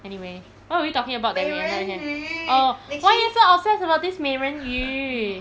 anyway what were we talking about that we end up here oh why you so obsessed about this 美人鱼